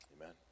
Amen